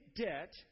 debt